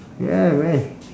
ya man